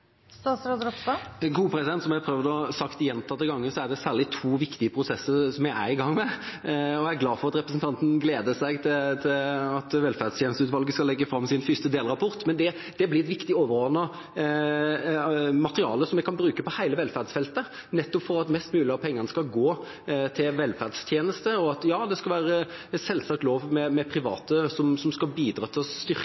Som jeg har prøvd å si gjentatte ganger, er det særlig to viktige prosesser vi er i gang med. Jeg er glad for at representanten Øvstegård gleder seg til at velferdstjenesteutvalget skal legge fram sin første delrapport. Den blir et viktig overordnet materiale vi kan bruke på hele velferdsfeltet, nettopp for at mest mulig av pengene skal gå til velferdstjenester. Det skal selvsagt være lov med